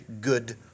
good